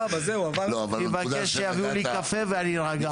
אני אבקש שיביאו לי קפה ואני אירגע.